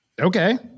Okay